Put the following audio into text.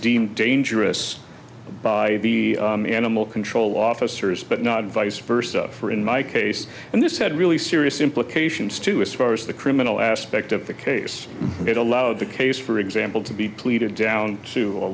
deemed dangerous by the animal control officers but not vice versa for in my case and this had really serious implications to aspire as the criminal aspect of the case that allowed the case for example to be pleaded down to a